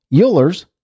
Euler's